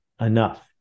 enough